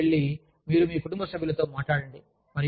మీరు తిరిగి వెళ్లి మీరు మీ కుటుంబ సభ్యులతో మాట్లాడండి